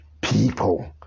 people